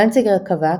דנציגר קבע,